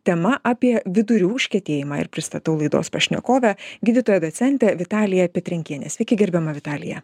tema apie vidurių užkietėjimą ir pristatau laidos pašnekovę gydytoją docentę vitaliją petrenkienę sveiki gerbiama vitalija